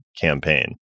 campaign